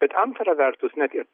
bet antra vertus net ir